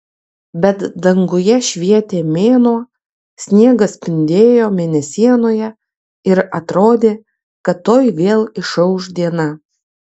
bet danguje švietė mėnuo sniegas spindėjo mėnesienoje ir atrodė kad tuoj vėl išauš diena